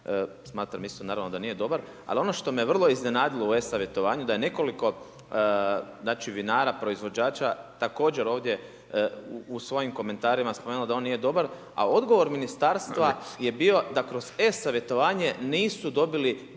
Smatram isto naravno da nije dobar. Ali ono što me vrlo iznenadilo u e-savjetovanju da je nekoliko znači, vinara, proizvođača također ovdje u svojim komentarima spomenulo da on nije dobar, a odgovor ministarstva je bio da kroz e-savjetovanje nisu dobili bolji